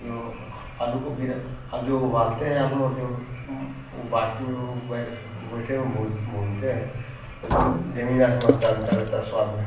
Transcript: जो आलू को बिना जो उबालते हैं आलू और जो वह बाटी में वह बैंगन गोइठे में भूँज भूनते हैं उसमें ज़मीन आसमान का अन्तर रहता है स्वाद में